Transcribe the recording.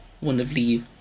wonderfully